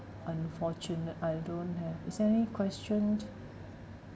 unfortunate I don't have is there any questioned